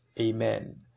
Amen